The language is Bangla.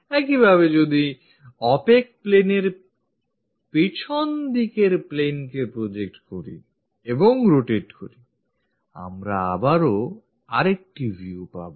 একইভাবে আমরা যদি opaque planeএর পিছন দিকের planeকে project করি এবং rotate করি আমরা আবারো আরেকটি view পাবো